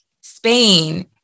spain